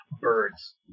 birds